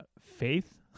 faith